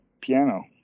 piano